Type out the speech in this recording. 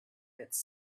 its